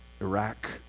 Iraq